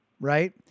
right